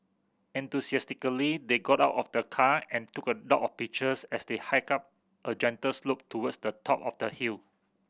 enthusiastically they got out of the car and took a lot of pictures as they hiked up a gentle slope towards the top of the hill